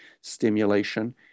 stimulation